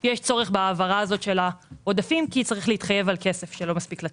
יש צורך בהעברת העודפים כי צריך להתחייב על כסף שלא מספיק לצאת.